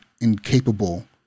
Incapable